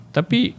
Tapi